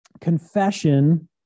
confession